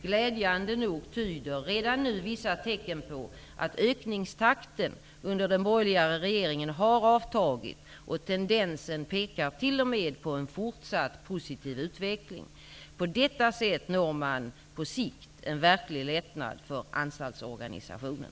Glädjande nog tyder redan nu vissa tecken på att ökningstakten under den borgerliga regeringen har avtagit, och tendensen pekar t.o.m. på en fortsatt positiv utveckling. På detta sätt når man på sikt en verklig lättnad för anstaltsorganisationen.